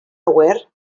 awyr